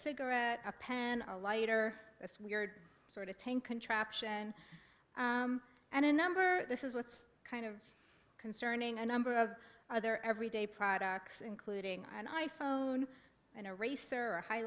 cigarette a pan a lighter that's weird sort of ten contraption and a number this is what's kind of concerning a number of other everyday products including an i phone an eraser or a high